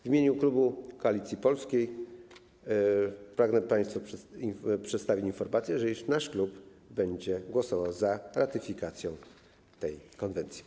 W imieniu klubu Koalicji Polskiej pragnę państwu przedstawić informację, że nasz klub będzie głosował za ratyfikacją tej konwencji.